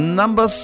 number